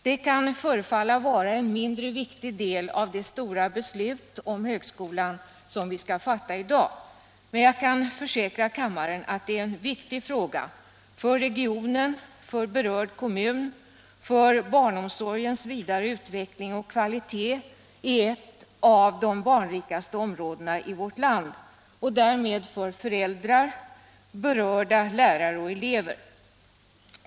Det kan förefalla vara en mindre viktig del av det stora beslut om högskolan som vi skall fatta i dag, men jag kan försäkra kammaren att det är en viktig fråga för regionen, för berörd kommun och för barnomsorgens vidare utveckling och kvalitet i ett av de barnrikaste områdena i vårt land — och därmed även för föräldrar, berörda lärare och elever.